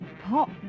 Pop